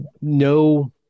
no